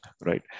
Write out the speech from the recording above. right